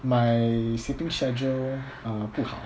my sleeping schedule uh 不好